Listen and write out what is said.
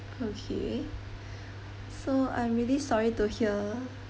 okay so I'm really sorry to hear